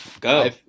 Go